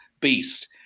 beast